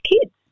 kids